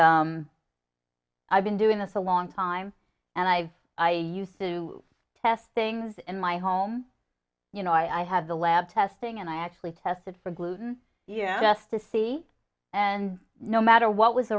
i've been doing this a long time and i've i used to test things in my home you know i have the lab testing and i actually tested for gluten you know just to see and no matter what was